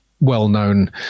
well-known